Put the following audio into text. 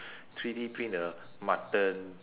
three D print a mutton